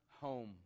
home